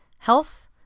Health